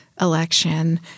election